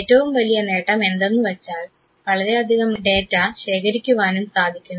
ഏറ്റവും വലിയ നേട്ടം എന്തെന്നുവെച്ചാൽ വളരെ അധികം ഡാറ്റ ശേഖരിക്കുവാനും സാധിക്കുന്നു